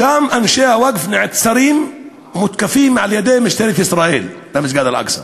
שם, במסגד אל-אקצא,